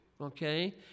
okay